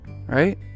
Right